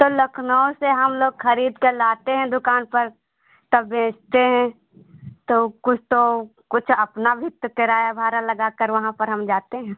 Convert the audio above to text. तो लखनऊ से हम लोग ख़रीदकर लाते हैं दुकान पर तब बेचते हैं तो कुछ तो कुछ अपना भी तो किराया भाड़ा लगाकर वहाँ पर हम जाते हैं